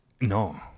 No